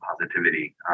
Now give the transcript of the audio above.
positivity